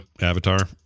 Avatar